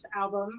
album